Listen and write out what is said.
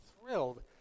thrilled